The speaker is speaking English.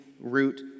root